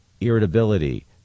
irritability